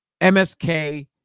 MSK